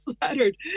flattered